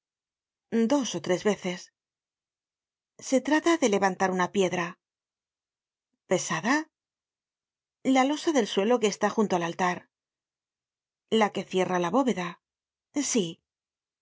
dos ó tres veces se trata de levantar una piedra pesada la losa del suelo que está junto al altar la que cierra la bóveda sí